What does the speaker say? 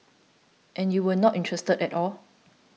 and you were not interested at all